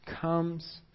comes